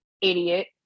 Idiot